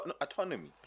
Autonomy